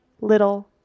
little